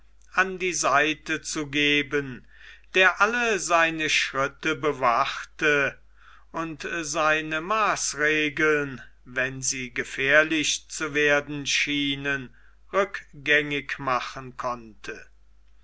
an die seite zugeben der alle seine schritte bewachte und seine maßregeln wenn sie gefährlich zu werden schienen rückgängig machen konnte